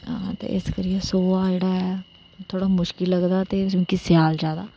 ते इस करियै सोहा थोहड़ा मुश्किल लगदा ते स्याल थोहड़ा